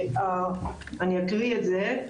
ואני אקריא את זה: